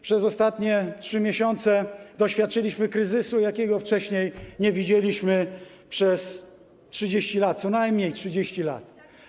Przez ostatnie 3 miesiące doświadczyliśmy kryzysu, jakiego wcześniej nie widzieliśmy przez 30 lat, co najmniej 30 lat.